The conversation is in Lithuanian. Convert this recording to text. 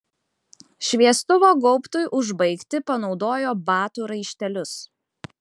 šviestuvo gaubtui užbaigti panaudojo batų raištelius